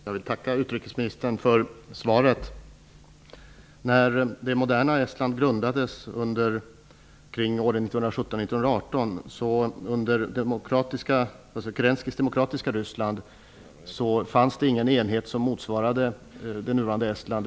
Fru talman! Jag tackar utrikesministern för svaret. 1917 och 1918 fanns det under Kerenskijs tid i det demokratiska Ryssland ingen enhet som motsvarade det nuvarande Estland.